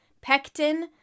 pectin